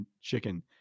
chicken